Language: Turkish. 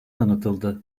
tanıtıldı